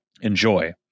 enjoy